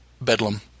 Bedlam